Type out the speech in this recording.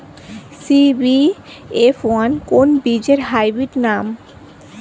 CBF one কোন বীজের hybrid নাম?